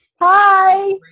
Hi